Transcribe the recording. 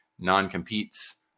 non-competes